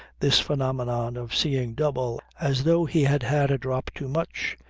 this phenomenon of seeing double as though he had had a drop too much.